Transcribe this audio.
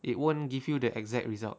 it won't give you the exact results